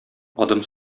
адым